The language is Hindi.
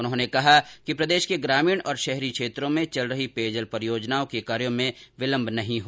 उन्होंने कहा कि प्रदेश के ग्रामीण और शहरी क्षेत्रों में चल रही पेयजल परियोजनाओं के कार्यो में विलम्ब नहीं हो